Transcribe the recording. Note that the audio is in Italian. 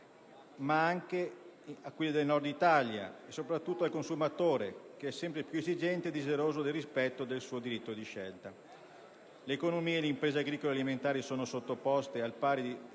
particolare a quelli del Nord Italia, ma anche e soprattutto al consumatore, sempre più esigente e desideroso del rispetto del suo diritto di scelta. L'economia e le imprese agricole alimentari sono sottoposte, al pari di